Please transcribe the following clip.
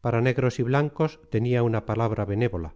para negros y blancos tenía una palabra benévola